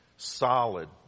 solid